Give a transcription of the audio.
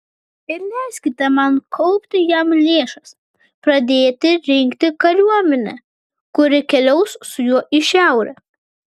ir leiskite man kaupti jam lėšas pradėti rinkti kariuomenę kuri keliaus su juo į šiaurę